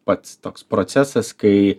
pats toks procesas kai